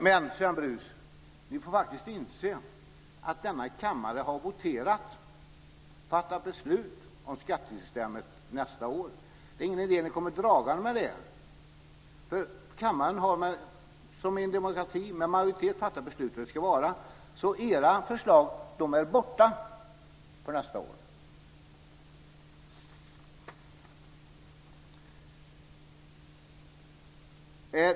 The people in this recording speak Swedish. Men ni får inse, Sven Brus, att denna kammare har voterat och fattat beslut om skattesystemet nästa år. Det är ingen idé att ni kommer dragande med det. Kammaren har som sker i en demokrati med majoritet fattat beslut om hur det ska vara. Era förslag är borta för nästa år.